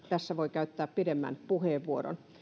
tässä voi käyttää pidemmän puheenvuoron